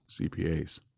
CPAs